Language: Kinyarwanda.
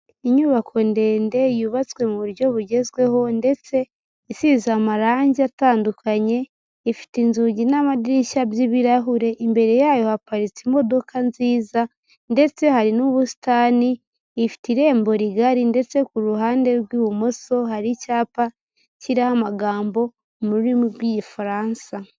Inyubako ndende yubatswe mu buryo bugezweho ndetse isize amarangi atandukanye, ifite inzugi n'amadirishya by'ibirahure, imbere yayo haparitse imodoka nziza ndetse hari n'ubusitani, ifite irembo rigari ndetse ku ruhande rw'ibumoso hari icyapa kiriho amagambo mu rurimi rw'lgifaransa.